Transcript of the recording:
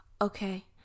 Okay